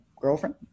girlfriend